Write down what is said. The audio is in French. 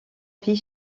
fils